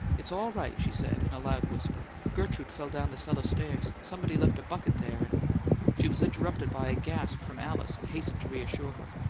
it's all right, she said, in a loud whisper. gertrude fell down the cellar stairs. somebody left a bucket there, and she was interrupted by a gasp from alice, and hastened to reassure her.